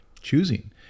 choosing